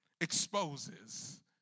exposes